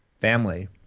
Family